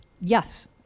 Yes